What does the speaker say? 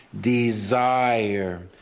desire